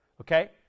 Okay